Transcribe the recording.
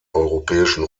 europäischen